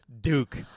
Duke